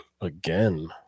again